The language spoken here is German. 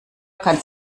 kannst